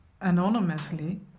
anonymously